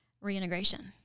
reintegration